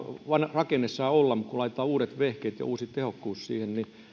rakenne saa olla mutta laitetaan uudet vehkeet ja uusi tehokkuus